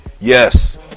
Yes